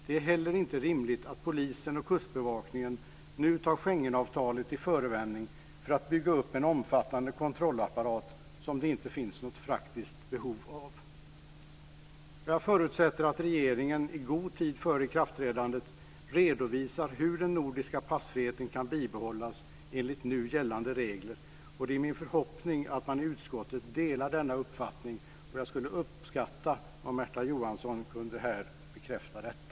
Det är heller inte rimligt att polisen och Kustbevakningen nu tar Schengenavtalet till förevändning för att bygga upp en omfattande kontrollapparat som det inte finns något praktiskt behov av. Jag förutsätter att regeringen i god tid före ikraftträdandet redovisar hur den nordiska passfriheten kan bibehållas enligt nu gällande regler, och det är min förhoppning att man i utskottet delar denna uppfattning. Jag skulle uppskatta om Märta Johansson här kunde bekräfta detta.